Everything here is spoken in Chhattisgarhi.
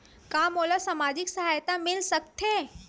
का मोला सामाजिक सहायता मिल सकथे?